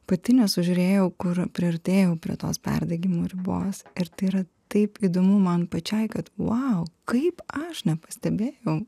pati nesužiūrėjau kur priartėjau prie tos perdegimo ribos ir tai yra taip įdomu man pačiai kad vau kaip aš nepastebėjau